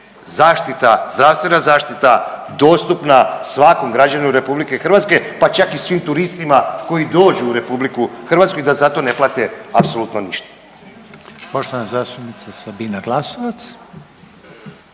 zaštita, zdravstvena zaštita dostupna svakom građaninu RH pa čak i svim turistima koji dođu u RH i da zato ne plate apsolutno ništa.